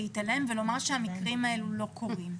להתעלם ולומר שהמקרים האלה לא קורים.